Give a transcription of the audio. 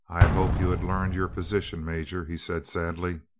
i had hoped you had learned your position. major, he said sadly.